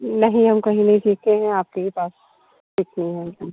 नहीं हम कही नहीं सीखे हैं आपके ही पास सीखने आएंगे